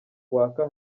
waka